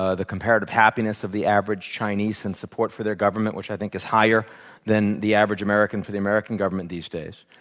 ah the comparative happiness of the average chinese in support for their government, which i think is higher than the average american for the american government these days.